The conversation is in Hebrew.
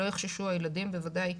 הילדים בוודאי,